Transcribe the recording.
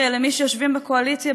אף שלמי שיושבים בקואליציה,